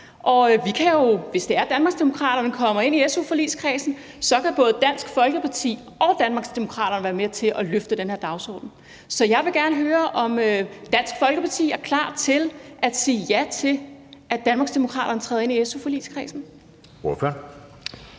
og hvis Danmarksdemokraterne kommer ind i su-forligskredsen, kan både Dansk Folkeparti og Danmarksdemokraterne være med til at løfte den her dagsorden. Så jeg vil gerne høre, om Dansk Folkeparti er klar til at sige ja til, at Danmarksdemokraterne træder ind i su-forligskredsen. Kl.